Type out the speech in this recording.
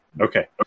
Okay